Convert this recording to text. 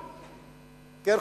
כן,